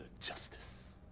justice